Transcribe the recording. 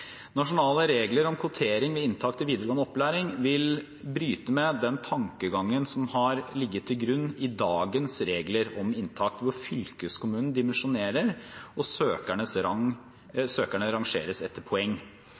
Nasjonale regler om kvotering ved inntak til videregående opplæring vil bryte med den tankegangen som har ligget til grunn i dagens regler om inntak, hvor fylkeskommunen dimensjonerer og søkerne rangeres etter poeng.